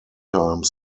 time